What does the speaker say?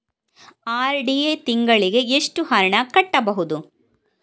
RD ತಿಂಗಳಿಗೆ ಎಷ್ಟು ಹಣ ಕಟ್ಟಬಹುದು?